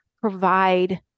provide